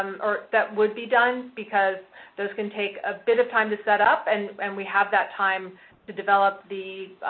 and or that would be done because those can take a bit of time to set up, and and we have that time to develop the,